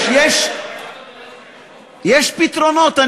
יש פתרונות,